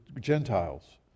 Gentiles